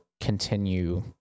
continue